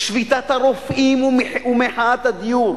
שביתת הרופאים ומחאת הדיור.